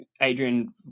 Adrian